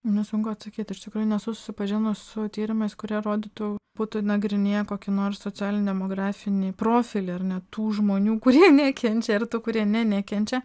na sunku atsakyti iš tikrųjų nesu susipažinus su tyrimais kurie rodytų būtų nagrinėję kokį nors socialinį demografinį profilį ar ne tų žmonių kurie nekenčia ir tų kurie ne nekenčia